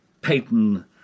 Payton